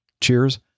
Cheers